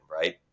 right